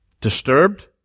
Disturbed